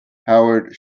howard